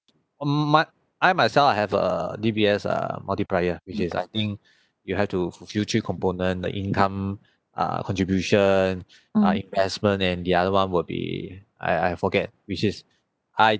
um I I myself I have err D_B_S err multiplier which is I think you have to fulfill three component the income uh contribution uh investment and the other one will be I I forget which is I